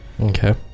Okay